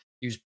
Use